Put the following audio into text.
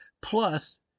Plus